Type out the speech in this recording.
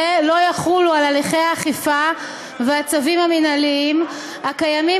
לא יחולו על הליכי האכיפה והצווים המינהליים הקיימים